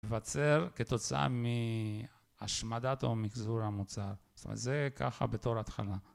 יווצר כתוצאה מהשמדת או מחזור המוצר, זאת אומרת זה ככה בתור התחלה.